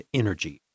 energy